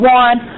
one